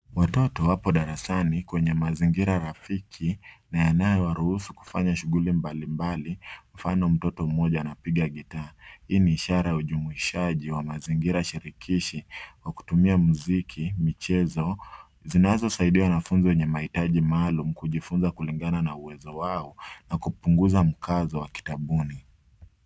Watoto wapo darasani kwenye mazingira rafiki na yanayowaruhusu kufanya shughuli mbalimbali, mfano mtoto mmoja anapiga gitaa. Hii ni ishara ya ujumuishaji wa mazingira shirikishi wakitumia muziki, michezo zinazosaidia wanafunzi wenye mahitaji maalum kujifunza kulingana na uwezo wao na kupunguza mkazo wa kitabuni.